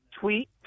tweet